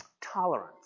Tolerance